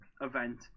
event